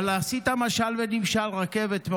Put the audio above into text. אבל עשית משל ונמשל, רכבת,